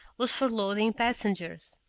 was for loading passengers.